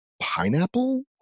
Pineapple